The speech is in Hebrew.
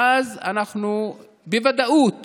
ואז בוודאות